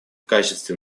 качестве